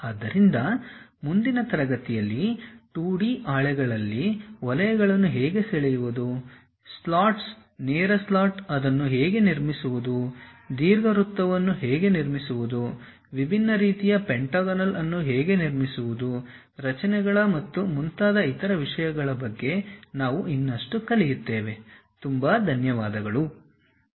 ಆದ್ದರಿಂದ ಮುಂದಿನ ತರಗತಿಯಲ್ಲಿ 2D ಹಾಳೆಗಳಲ್ಲಿ ವಲಯಗಳನ್ನು ಹೇಗೆ ಸೆಳೆಯುವುದು ಸ್ಲಾಟ್ಗಳು ನೇರ ಸ್ಲಾಟ್ ಅದನ್ನು ಹೇಗೆ ನಿರ್ಮಿಸುವುದು ದೀರ್ಘವೃತ್ತವನ್ನು ಹೇಗೆ ನಿರ್ಮಿಸುವುದು ವಿಭಿನ್ನ ರೀತಿಯ ಪೆಂಟಾಗೋನಲ್ ಅನ್ನು ಹೇಗೆ ನಿರ್ಮಿಸುವುದು ರಚನೆಗಳು ಮತ್ತು ಮುಂತಾದ ಇತರ ವಿಷಯಗಳ ಬಗ್ಗೆ ನಾವು ಇನ್ನಷ್ಟು ಕಲಿಯುತ್ತೇವೆ